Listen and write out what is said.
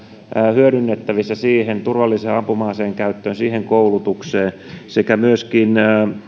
hyödynnettävissä siihen turvalliseen ampuma aseen käyttöön siihen koulutukseen sekä myöskin